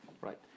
Right